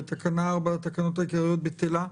ותקנה 4 לתקנות העיקריות בטלה,